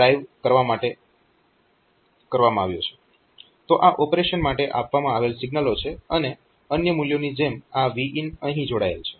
તો આ ઓપરેશન માટે આપવામાં આવેલ સિગ્નલો છે અને અન્ય મૂલ્યો જેમ કે આ Vin અહીં જોડાયેલ છે